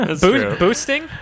boosting